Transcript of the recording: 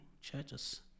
churches